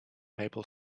maple